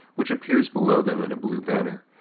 which appears below them in a blue banner,